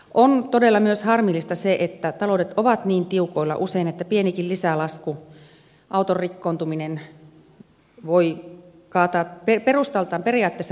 on todella myös harmillista se että taloudet ovat niin tiukoilla usein että pienikin lisälasku auton rikkoontuminen voi kaataa perustaltaan periaatteessa terveen talouden